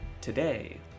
Today